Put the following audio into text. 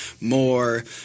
more